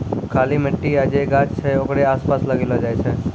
खाली मट्टी या जे गाछ छै ओकरे आसपास लगैलो जाय छै